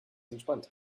entspannt